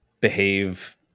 behave